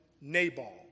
Nabal